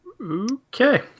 Okay